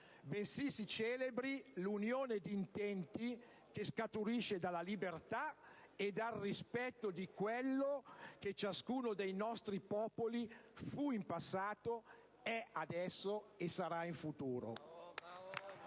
bensì si celebri l'unione di intenti che scaturisce dalla libertà e dal rispetto di quello che ciascuno dei nostri popoli fu in passato, è adesso e sarà in futuro.